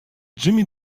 jimmy